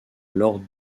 alors